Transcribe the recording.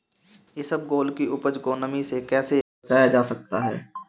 इसबगोल की उपज को नमी से कैसे बचाया जा सकता है?